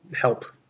help